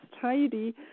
tidy